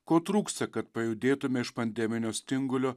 ko trūksta kad pajudėtume iš pandeminio stingulio